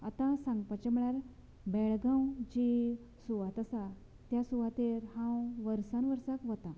आता सांगपाचें म्हळ्यार बेळगांव जी सुवात आसा त्या सुवातेर हांव वर्सान वर्साक वता